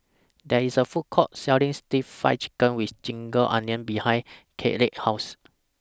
There IS A Food Court Selling Stir Fried Chicken with Ginger Onions behind Kaylene's House